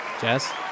Jazz